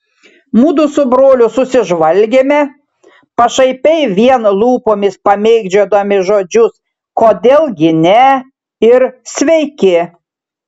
mudu su broliu susižvalgėme pašaipiai vien lūpomis pamėgdžiodami žodžius kodėl gi ne ir sveiki